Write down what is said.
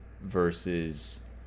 versus